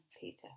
Peter